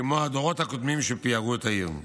כמו הדורות הקודמים שפיארו את העיר.